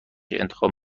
انتخاب